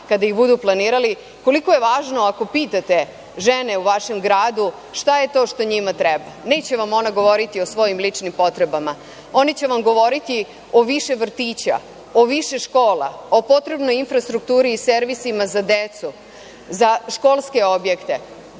kada ih budu planirali koliko je važno ako pitate žene u vašem gradu šta je to što njima treba. Neće vam one govoriti o svojim ličnim potrebama, one će vam govoriti o više vrtića, o više škola, o potrebnoj infrastrukturi i servisima za decu za školske objekte,